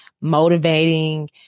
motivating